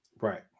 Right